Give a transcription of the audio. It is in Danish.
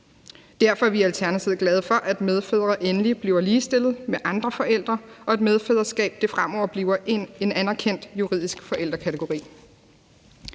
Derfor er vi i Alternativet glade for, at medfædre endelige bliver ligestillet med andre forældre, og at medfædreskab bliver anerkendt juridisk forældrekategori.